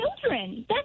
children